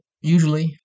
usually